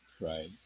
Right